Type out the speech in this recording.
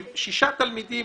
היו שישה תלמידים